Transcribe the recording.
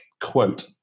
quote